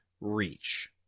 reach